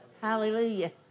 Hallelujah